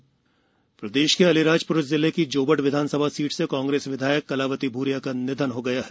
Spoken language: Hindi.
विधायक निधन प्रदेश अलीराज र जिले की जोबट विधानसभा सीट से कांग्रेस विधायक कलावती भूरिया का निधन हो गया है